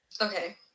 Okay